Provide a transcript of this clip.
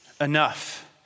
enough